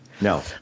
No